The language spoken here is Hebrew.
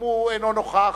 אם הוא אינו נוכח,